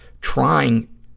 trying